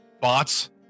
bots